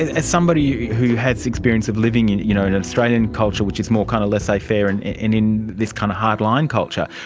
as somebody who has experience of living in you know an australian culture which is more kind of laissez-faire and in in this kind of hardline culture,